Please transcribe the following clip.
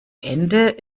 ende